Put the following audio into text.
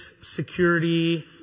security